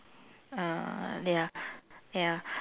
uh ya ya